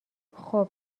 خوب